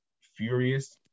furious